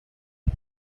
his